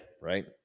Right